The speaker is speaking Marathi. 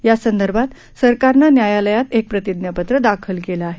यासंदर्भात सरकारनं न्यायालयात एक प्रतिज्ञापत्र दाखल केलं आहे